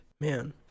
man